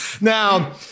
Now